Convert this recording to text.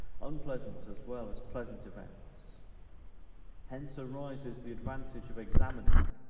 unpleasant as well as pleasant events hence arises the advantage of examining,